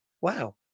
wow